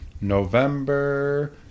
november